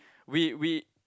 we we